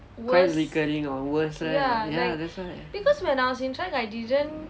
kinda recurring or worse right ya that's why